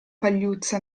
pagliuzza